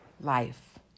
life